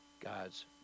God's